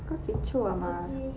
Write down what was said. kau kecoh ah mar